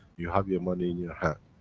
you have your money in your hand.